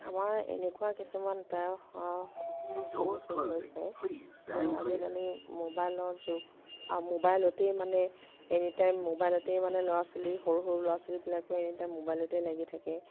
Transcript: আমাৰ এনেকুৱা কিছুমান সন্মুখীন হৈছে যে আজিকালি মোবাইলৰ যুগ আৰু মোবাইলতেই মানে এনি টাইম মোবাইলতেই মানে ল'ৰা ছোৱালী সৰু সৰু ল'ৰা ছোৱালীবিলাকে এনি টাইম মোবাইলতেই লাগি থাকে